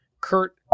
Kurt